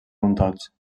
muntats